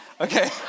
okay